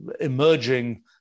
emerging